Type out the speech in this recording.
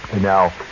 Now